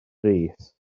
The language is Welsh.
rees